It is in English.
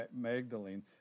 Magdalene